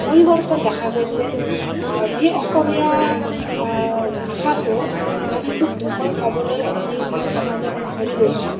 পৰিৱৰ্তন দেখা গৈছে যি অসমীয়া ভাষাটো আমি শুদ্ধকৈ ক'বলৈ আজি সমাজত পাহৰি গৈছোঁ